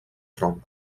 tronc